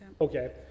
Okay